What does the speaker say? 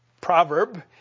proverb